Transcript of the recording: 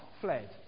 fled